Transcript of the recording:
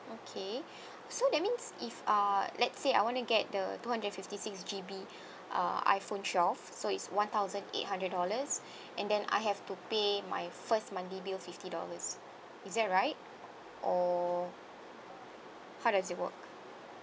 okay so that means if uh let's say I wanna get the two hundred and fifty six G_B uh iphone twelve so it's one thousand eight hundred dollars and then I have to pay my first monthly bills fifty dollars is that right or or how does it work